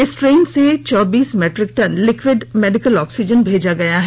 इस ट्रेन से चौसठ metric ton liquid medical oxygen भेजा गया है